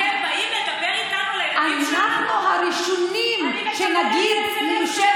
אנחנו הרבה דברים, אבל פחדנים אנחנו לא, תגידו לו.